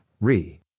Re